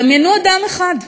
דמיינו אדם אחד,